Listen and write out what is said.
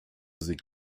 sich